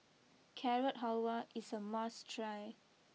Carrot Halwa is a must try